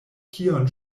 kion